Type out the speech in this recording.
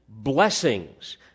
Blessings